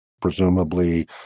presumably